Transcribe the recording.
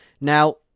Now